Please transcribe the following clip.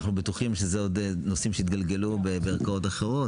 אנחנו בטוחים שאלו נושאים שעוד יתגלגלו ב- -- אחרות